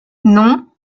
non